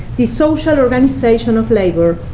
the social organization of labor.